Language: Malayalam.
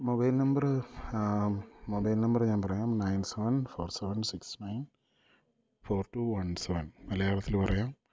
മൊബൈൽ നമ്പറ് മൊബൈൽ നമ്പറ് ഞാൻ പറയാം nine seven four seven six nine four two one seven മലയാളത്തിൽ പറയാം